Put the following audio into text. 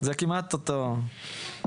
זה כמעט אותו הדבר.